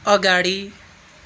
अगाडि